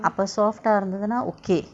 அப:apa soft ah இருந்துதுனா:irunthuthuna okay